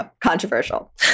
Controversial